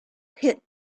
hit